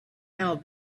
how